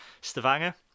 Stavanger